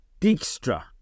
Dijkstra